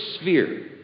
sphere